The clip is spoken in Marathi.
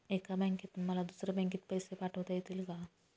एका बँकेतून मला दुसऱ्या बँकेत पैसे पाठवता येतील का?